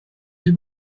deux